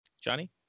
Johnny